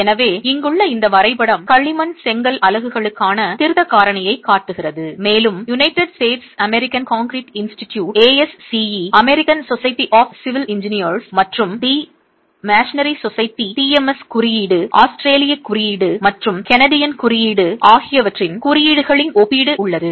எனவே இங்குள்ள இந்த வரைபடம் களிமண் செங்கல் அலகுகளுக்கான திருத்தக் காரணியைக் காட்டுகிறது மேலும் United States American Concrete Institute ASCE American Society of Civil Engineers மற்றும் தி மேசன்ரி சொசைட்டி TMS குறியீடு ஆஸ்திரேலிய குறியீடு மற்றும் கனடியன் குறியீடு ஆகியவற்றின் குறியீடுகளின் ஒப்பீடு உள்ளது